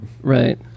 right